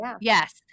Yes